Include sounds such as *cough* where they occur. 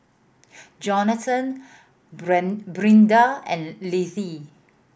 Johnathon *unintelligible* Brinda and Littie